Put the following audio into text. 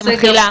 במחילה,